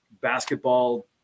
basketball